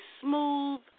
smooth